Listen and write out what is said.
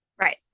Right